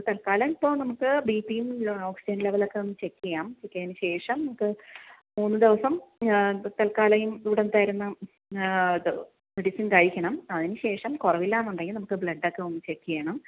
അപ്പോൾ തൽക്കാലം ഇപ്പോൾ നമുക്ക് ബി പിയും ഓക്സിജൻ ലെവലൊക്കെ ഒന്ന് ചെക്ക് ചെയ്യാം ചെക്ക് ചെയ്തതിന് ശേഷം നമുക്ക് മൂന്നുദിവസം തൽക്കാലം ഇവിടെതരുന്ന ഇത് മെഡിസിൻ കഴിക്കണം അതിനുശേഷം കുറവില്ലാന്നുണ്ടെങ്കിൽ നമുക്ക് ബ്ലഡൊക്കെ ഒന്ന് ചെക്ക് ചെയ്യണം